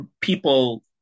people